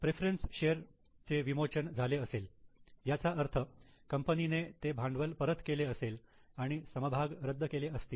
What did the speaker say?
preference share चे विमोचन झाले असेल याचा अर्थ कंपनीने ते भांडवल परत केले असेल आणि समभाग रद्द केले असतील